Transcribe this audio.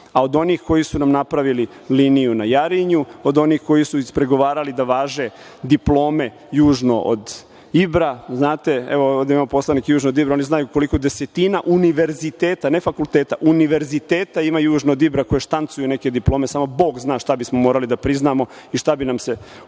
onih koji su nam napravili liniju na Jarinju, od onih koji su ispregovarali da važe diplome južno od Ibra, znate, evo ovde imamo poslanike južno od Ibra, oni znaju koliko desetina univerziteta, ne fakulteta, univerziteta imaju južno od Ibra koji štancuju neke diplome, samo Bog zna šta bismo morali da priznamo i šta bi nam se ovde